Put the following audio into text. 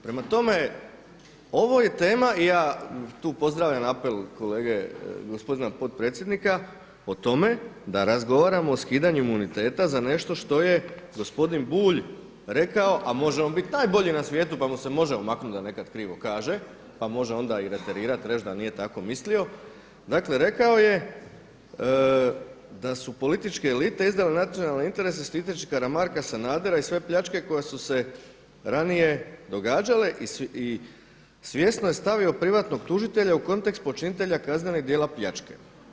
Prema tome, ovo je tema i ja tu pozdravljam apel kolege gospodina potpredsjednika, o tome da razgovaramo o skidanju imuniteta za nešto što je gospodin Bulj rekao, a možemo biti najbolji na svijetu pa mu se možemo maknuti da nekad krivo kaže pa može onda i referirati reći da nije tako mislio, dakle rekao je da su političke elite izdale nacionalne interese štiteći Karamarka, Sanadera i sve pljačke koje su se ranije događale i svjesno je stavio privatnog tužitelja u kontekst počinitelja kaznenih djela pljačke.